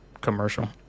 commercial